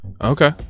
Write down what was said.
Okay